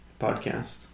podcast